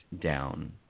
down